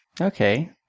Okay